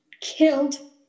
killed